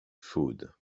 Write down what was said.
food